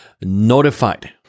notified